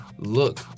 look